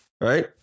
Right